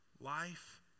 Life